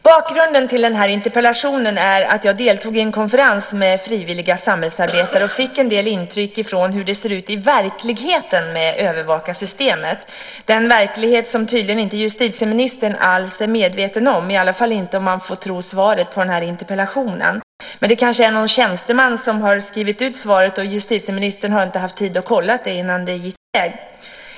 Bakgrunden till den här interpellationen är att jag deltog i en konferens med frivilliga samhällsarbetare och fick en del intryck av hur det ser ut i verkligheten med övervakarsystemet, den verklighet som tydligen inte justitieministern alls är medveten om, i alla fall inte om man får tro svaret på den här interpellationen. Men det kanske är så att någon tjänsteman har skrivit ut svaret och att justitieministern inte haft tid att kontrollera det innan det gick i väg.